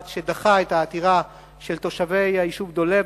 שדחה את העתירה של תושבי היישוב דולב,